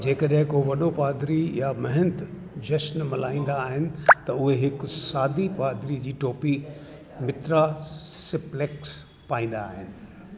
जेकॾहिं को वॾो पादरी या महंत जशनु मल्हाईंदा आहिनि त उहे हिकु सादी पादरी जी टोपी मित्रा सिंप्लेक्स पाईंदा आहिनि